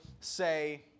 say